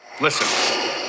Listen